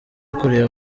kureba